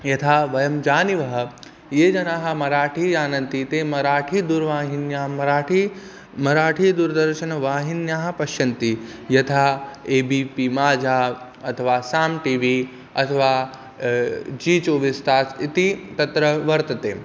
यथा वयं जानीमः ये जनाः मराठी जानन्ति ते मराठीदूरवाहिन्यां मराठी मराठीदूरदर्शनवाहिन्यः पश्यन्ति यथा ए बी पि माझा अथवा साम् टी वी अथवा जी चोविस् तास् इति तत्र वर्तते